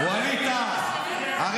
ווליד טאהא, שלחו אותך לעשות את ההצגה.